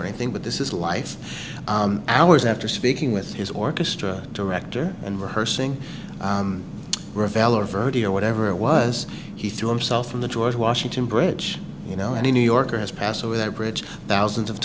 or anything but this is life hours after speaking with his orchestra director and rehearsing ravello verde or whatever it was he threw himself from the george washington bridge you know any new yorker has passed over that bridge thousands of